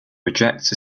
rejects